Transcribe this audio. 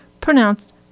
pronounced